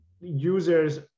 users